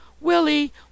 Willie